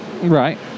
Right